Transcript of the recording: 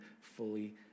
fully